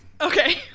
Okay